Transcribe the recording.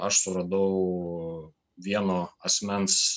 aš suradau vieno asmens